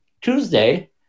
tuesday